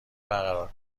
برقرار